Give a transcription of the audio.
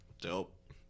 dope